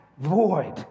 Void